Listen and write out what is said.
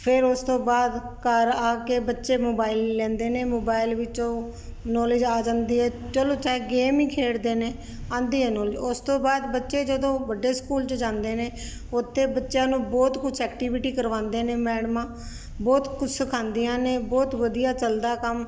ਫਿਰ ਉਸ ਤੋਂ ਬਾਅਦ ਘਰ ਆ ਕੇ ਬੱਚੇ ਮੋਬਾਇਲ ਲੈਂਦੇ ਨੇ ਮੋਬਾਇਲ ਵਿੱਚੋਂ ਨੋਲੇਜ ਆ ਜਾਂਦੀ ਹੈ ਚਲੋ ਚਾਹੇ ਗੇਮ ਹੀ ਖੇਡਦੇ ਨੇ ਆਉਂਦੀ ਹੈ ਨੋਲੇਜ ਉਸ ਤੋਂ ਬਾਅਦ ਬੱਚੇ ਜਦੋਂ ਵੱਡੇ ਸਕੂਲ 'ਚ ਜਾਂਦੇ ਨੇ ਉੱਥੇ ਬੱਚਿਆਂ ਨੂੰ ਬਹੁਤ ਕੁਛ ਐਕਟੀਵਿਟੀ ਕਰਵਾਉਂਦੇ ਨੇ ਮੈਡਮਾਂ ਬਹੁਤ ਕੁਛ ਸਿਖਾਉਂਦੀਆਂ ਨੇ ਬਹੁਤ ਵਧੀਆ ਚਲਦਾ ਕੰਮ